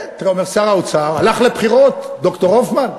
כן, שר האוצר הלך לבחירות, ד"ר הופמן.